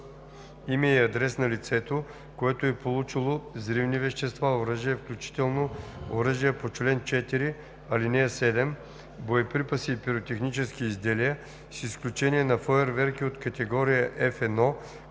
име и адрес на лицето, което е получило взривни вещества, оръжия, включително оръжия по чл. 4, ал. 7, боеприпаси и пиротехнически изделия, с изключение на фойерверки от категория F1,